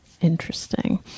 interesting